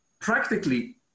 practically